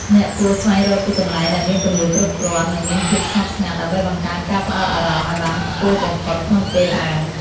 អ្នកគួរស្វែងរកទីកន្លែងដែលមានពន្លឺគ្រប់គ្រាន់ និងមានភាពស្ងប់ស្ងាត់ ដើម្បីបង្កើនការផ្ដោតអារម្មណ៍ឱ្យបានខ្ពស់បំផុតក្នុងពេលអាន។